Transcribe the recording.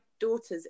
daughter's